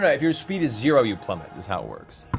ah your speed is zero you plummet is how it works.